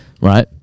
right